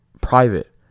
private